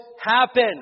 happen